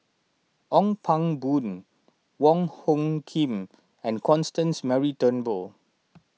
Ong Pang Boon Wong Hung Khim and Constance Mary Turnbull